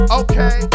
okay